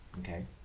Okay